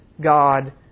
God